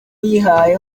uyihaye